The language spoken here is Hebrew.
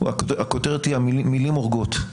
הכותרת היא "מילים הורגות".